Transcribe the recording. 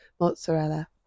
mozzarella